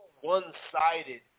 one-sided